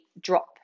drop